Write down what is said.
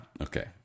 Okay